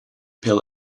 pill